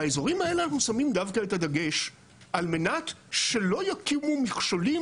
באזורים האלה אנחנו שמים דווקא את הדגש על מנת שלא יקימו מכשולים